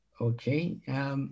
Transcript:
Okay